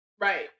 right